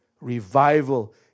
Revival